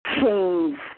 change